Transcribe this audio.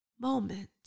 moment